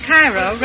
Cairo